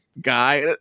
guy